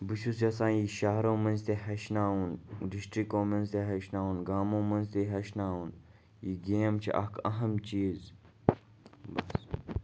بہٕ چھُس یَژھان یہِ شہرو منٛز تہِ ہیٚچھناوُن ڈِسٹِرٛکو منٛز تہِ ہیٚچھناوُن گامو منٛز تہِ ہیٚچھناوُن یہِ گیم چھِ اَکھ اہم چیٖز بَس